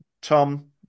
Tom